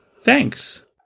Thanks